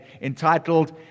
entitled